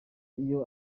iyo